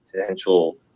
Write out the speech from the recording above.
potential